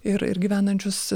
ir ir gyvenančius